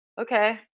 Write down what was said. okay